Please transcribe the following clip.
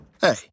Hey